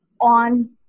on